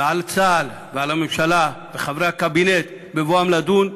ועל צה"ל, ועל הממשלה, וחברי הקבינט, בבואם לדון,